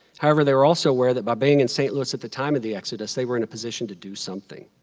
however, they were also aware that by being in st. louis at the time of the exodus they were in a position to do something.